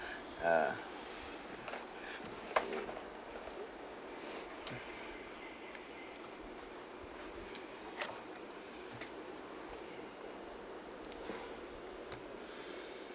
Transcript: ah